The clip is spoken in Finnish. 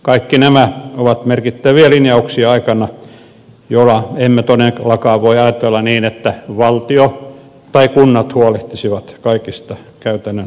kaikki nämä ovat merkittäviä linjauksia aikana jona emme todellakaan voi ajatella niin että valtio tai kunnat huolehtisivat kaikista käytännön asioistamme